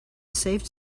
saved